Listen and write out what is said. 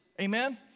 Amen